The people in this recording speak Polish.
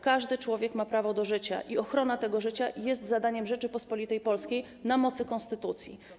Każdy człowiek ma prawo do życia i ochrona życia jest zadaniem Rzeczypospolitej Polskiej na mocy konstytucji.